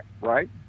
right